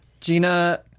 Gina